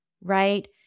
Right